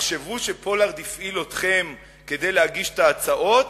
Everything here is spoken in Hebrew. יחשבו שפולארד הפעיל אתכם כדי להגיש את ההצעות